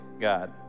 God